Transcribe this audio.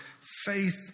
faith